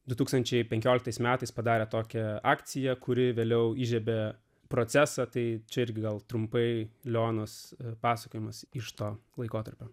du tūkstančiai penkioliktais metais padarė tokią akciją kuri vėliau įžiebė procesą tai čia ir gal trumpai lenos pasakojimas iš to laikotarpio